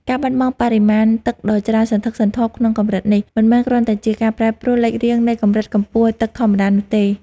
ការបាត់បង់បរិមាណទឹកដ៏ច្រើនសន្ធឹកសន្ធាប់ក្នុងកម្រិតនេះ មិនមែនគ្រាន់តែជាការប្រែប្រួលលេខរៀងនៃកម្រិតកម្ពស់ទឹកធម្មតានោះទេ។